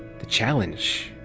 the challenge.